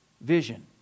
vision